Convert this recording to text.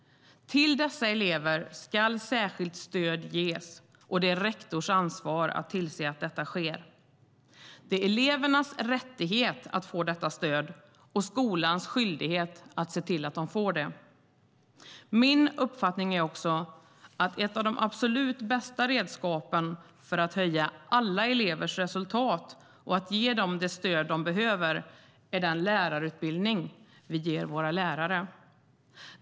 Till dessa elever ska särskilt stöd ges, och det är rektors ansvar att tillse att detta sker. Det är elevernas rättighet att få detta stöd och skolans skyldighet att se till att de får det. Min uppfattning är också att ett av de absolut bästa redskapen för att höja alla elevers resultat och att ge dem det stöd de behöver är den lärarutbildning vi ger våra lärare.